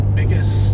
biggest